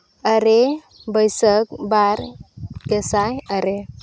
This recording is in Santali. ᱟᱨᱮ ᱵᱟᱹᱭᱥᱟᱹᱠᱷ ᱵᱟᱨ ᱜᱮᱥᱟᱭ ᱟᱨᱮ